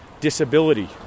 disability